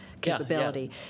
capability